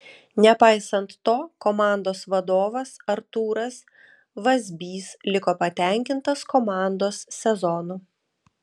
nepaisant to komandos vadovas artūras vazbys liko patenkintas komandos sezonu